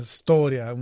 storia